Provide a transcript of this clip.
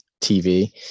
TV